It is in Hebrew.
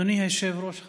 אדוני היושב-ראש,